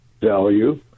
value